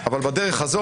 הסבר.